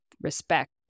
respect